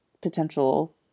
potential